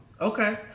Okay